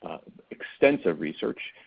extensive research,